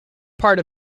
part